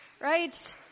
Right